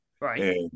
Right